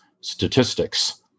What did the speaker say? statistics